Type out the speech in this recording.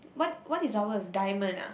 what what is ours diamond ah